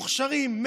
מוכשרים,